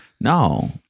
No